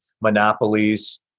monopolies